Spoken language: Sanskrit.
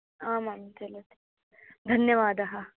आम् आं चलति धन्यवादः